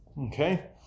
Okay